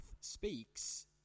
speaks